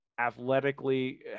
Athletically